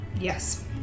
Yes